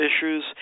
issues